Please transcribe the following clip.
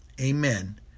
Amen